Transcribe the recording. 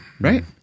Right